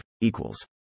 equals